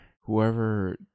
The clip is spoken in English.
whoever